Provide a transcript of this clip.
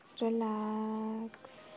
Relax